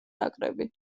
ნაკრები